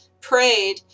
prayed